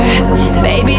Baby